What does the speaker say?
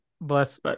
Bless